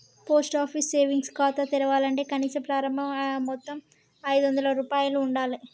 post office savings ఖాతా తెరవాలంటే కనీస ప్రారంభ మొత్తం ఐదొందల రూపాయలు ఉండాలె